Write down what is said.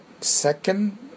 second